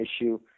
issue